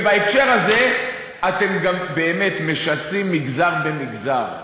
ובהקשר הזה אתם גם באמת משסים מגזר במגזר.